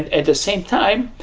at the same time,